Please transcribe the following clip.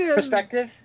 perspective